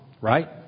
right